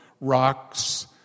rocks